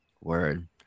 Word